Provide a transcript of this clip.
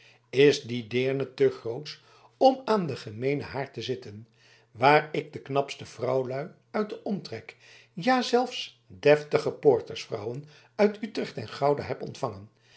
is die deerne te grootsch om aan den gemeenen haard te zitten waar ik de knapste vrouwlui uit den omtrek ja zelfs deftige poortersvrouwen uit utrecht en grouda heb ontvangen